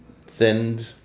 thinned